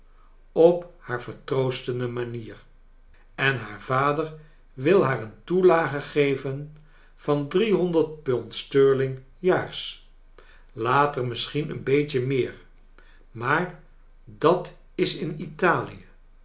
op haar vertroosten de manier en haar vader wil haar een toelage geven van drie honderd pond sterling jaars later misschien een beetje meer maar dat is in italie